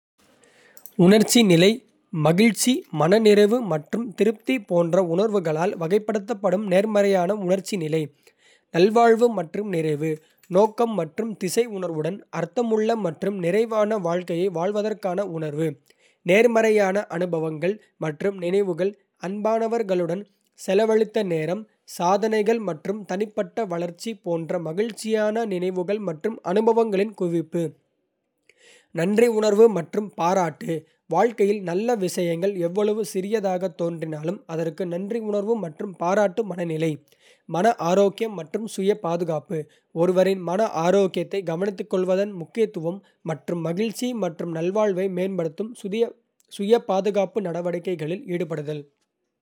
உணர்ச்சி நிலை மகிழ்ச்சி, மனநிறைவு மற்றும் திருப்தி போன்ற உணர்வுகளால் வகைப்படுத்தப்படும் நேர்மறையான உணர்ச்சி நிலை. நல்வாழ்வு மற்றும் நிறைவு நோக்கம் மற்றும் திசை உணர்வுடன், அர்த்தமுள்ள மற்றும் நிறைவான வாழ்க்கையை வாழ்வதற்கான உணர்வு. நேர்மறையான அனுபவங்கள் மற்றும் நினைவுகள் அன்பானவர்களுடன் செலவழித்த நேரம், சாதனைகள் மற்றும் தனிப்பட்ட வளர்ச்சி போன்ற மகிழ்ச்சியான நினைவுகள் மற்றும் அனுபவங்களின் குவிப்பு. நன்றியுணர்வு மற்றும் பாராட்டு வாழ்க்கையில் நல்ல விஷயங்கள் எவ்வளவு சிறியதாக தோன்றினாலும் அதற்கு நன்றியுணர்வு மற்றும் பாராட்டும் மனநிலை. மன ஆரோக்கியம் மற்றும் சுய பாதுகாப்பு ஒருவரின் மன ஆரோக்கியத்தை கவனித்துக்கொள்வதன் முக்கியத்துவம் மற்றும் மகிழ்ச்சி மற்றும் நல்வாழ்வை மேம்படுத்தும் சுய பாதுகாப்பு நடவடிக்கைகளில் ஈடுபடுதல்.